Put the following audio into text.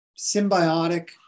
symbiotic